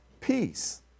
peace